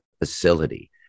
facility